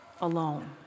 alone